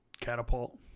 Catapult